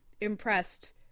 impressed